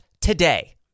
today